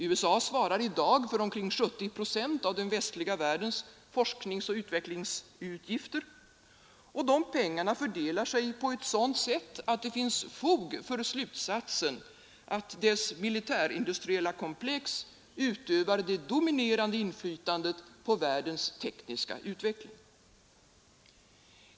USA svarar i dag för omkring 70 procent av den västliga världens forsknings och utvecklingsutgifter, och de pengarna fördelar sig på ett sådant sätt att det finns fog för slutsatsen att dess militärindustriella komplex utövar det dominerande inflytandet på världens tekniska utveckling.